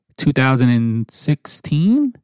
2016